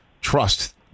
trust